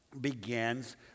Begins